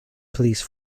police